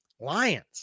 Lions